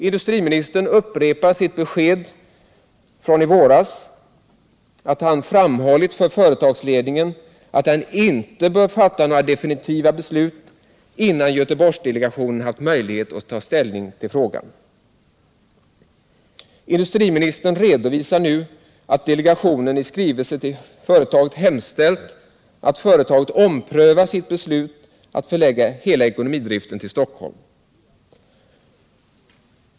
Industriministern upprepar sitt besked från i våras att han har framhållit för företagsledningen att den inte bör fatta några definitiva beslut, innan Göteborgsdelegationen haft möjlighet att ta ställning till frågan. Industriministern redovisar nu att delegationen i skrivelse till företaget har hemställt om att företaget omprövar sitt beslut att förlägga hela ekonomidriften till Stockholm.